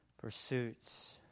pursuits